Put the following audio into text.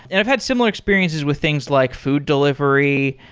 and i've had similar experiences with things like food delivery.